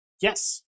Yes